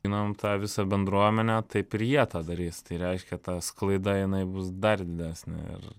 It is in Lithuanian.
žinom tą visą bendruomenę taip ir jie tą darys tai reiškia ta sklaida jinai bus dar didesnė ir